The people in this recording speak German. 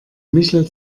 michel